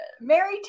Mary